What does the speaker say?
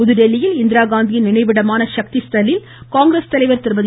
புதுதில்லியில் இந்திராகாந்தியின் நினைவிடமான சக்தி ஸ்தல்லில் காங்கிரஸ் தலைவர் திருமதி